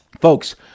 folks